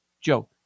Joe